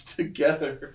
together